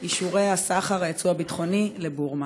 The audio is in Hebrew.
אישורי הסחר, היצוא הביטחוני, לבורמה?